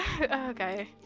Okay